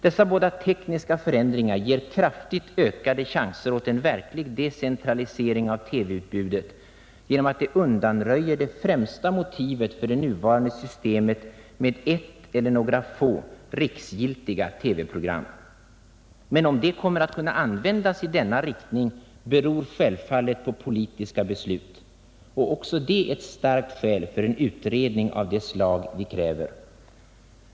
Dessa båda tekniska förändringar ger kraftigt ökade chanser åt en verklig decentralisering av TV-utbudet genom att de undanröjer det främsta motivet för det nuvarande systemet med ett eller några få riksgiltiga TV-program. Men om de kommer att kunna användas i denna riktning beror självfallet på politiska beslut. Också detta är ett starkt skäl för en utredning av det slag vi kräver.